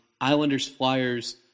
Islanders-Flyers